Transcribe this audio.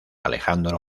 alejandro